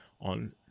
on